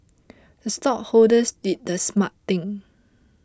the stockholders did the smart thing